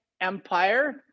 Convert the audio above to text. Empire